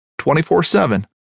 24-7